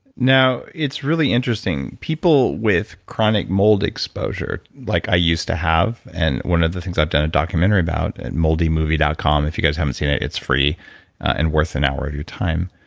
now, it's really interesting, people with chronic mold exposure like i used to have, and one of the things i've done a documentary about, and moldymovie dot com if you guys haven't seen it, it's free and worth an hour of your time.